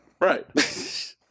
Right